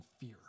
fear